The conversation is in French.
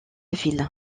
ville